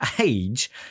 age